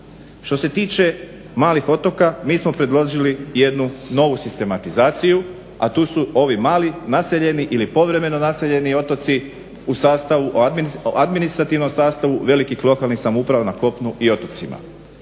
Što se tiče malih otoka mi smo predložili jednu novu sistematizaciju a tu su ovi mali, naseljeni ili povremeno naseljeni otoci u administrativnom sastavu velikih lokalnih samouprava na kopnu i otocima.